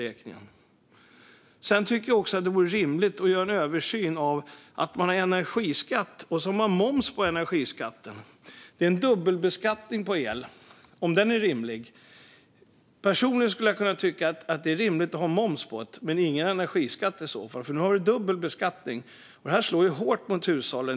Jag tycker också att det vore rimligt att göra en översyn av detta med energiskatt och sedan moms på energiskatten. Det är en dubbelbeskattning på el, och det vore bra att undersöka om den är rimlig. Personligen kan jag tycka att det skulle kunna vara rimligt att ha moms - men i så fall ingen energiskatt. Nu har man dubbel beskattning, och det slår hårt mot hushållen.